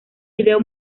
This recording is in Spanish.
video